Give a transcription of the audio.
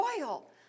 royal